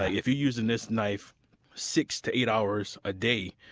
ah if you're using this knife six to eight hours a day,